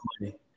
money